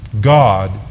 God